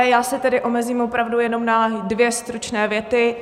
Já se tedy omezím opravdu jenom na dvě stručné věty.